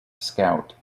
scout